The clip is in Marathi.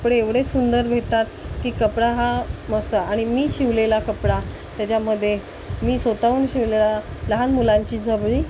कपडे एवढे सुंदर भेटतात की कपडा हा मस्त आणि मी शिवलेला कपडा त्याच्यामध्ये मी स्वतःहून शिवलेला लहान मुलांची झबली